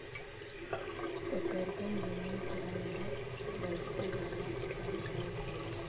शकरकन जमीन केअंदर बईथे बला फल होब हई